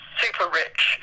super-rich